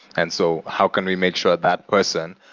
and so how can we make sure that person,